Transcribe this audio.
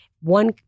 one